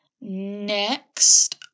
Next